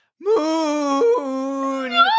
Moon